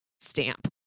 stamp